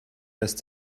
lässt